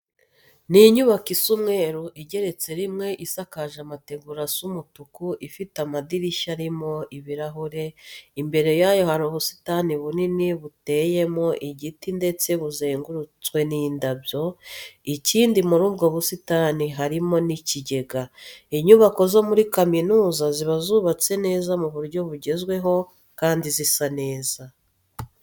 Ni inyubako isa umweru igeretse rimwe, isakaje amategura asa umutuku, ifite amadirishya arimo ibirahure. Imbere yayo hari ubusitani bunini buteyemo igiti ndetse buzengurutswe n'indabyo, ikindi muri ubwo busitani harimo n'ikigega. Inyubako zo muri kaminuza ziba zubatse neza mu buryo bugezweho kandi zisa neza.